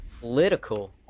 Political